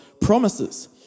promises